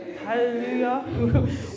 Hallelujah